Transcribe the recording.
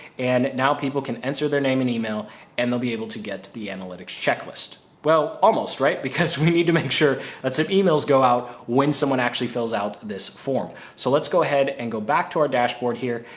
and now, people can enter their name and email and they'll be able to get to the analytics checklist. well, almost right? because we need to make sure that some emails go out when someone actually fills out this form. so let's go ahead and go back to our dashboard here.